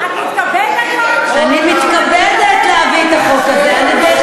את מתכבדת עוד, אני מתכבדת להביא את החוק הזה.